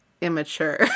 immature